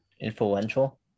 Influential